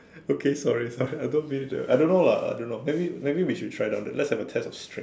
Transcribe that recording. okay sorry sorry I don't mean that I do know lah I don't know maybe maybe we try it out let's have a test of strength